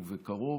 ובקרוב.